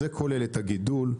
זה כולל את הגידול,